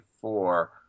four